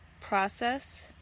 process